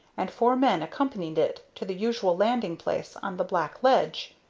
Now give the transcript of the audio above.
and four men accompanied it to the usual landing-place on the black ledge.